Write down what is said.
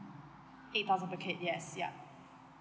eight thousand per kid yes yeah